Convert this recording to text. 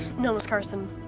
no, ms. carson.